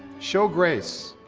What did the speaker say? show grace,